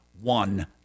one